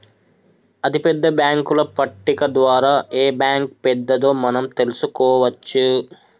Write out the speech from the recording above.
అతిపెద్ద బ్యేంకుల పట్టిక ద్వారా ఏ బ్యాంక్ పెద్దదో మనం తెలుసుకోవచ్చు